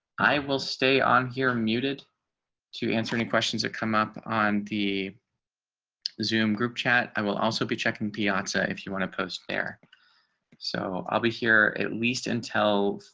i will stay on here muted to answer any questions that come up on the zoom group chat. i will also be checking piazza. if you want to post their so i'll be here at least until,